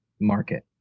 market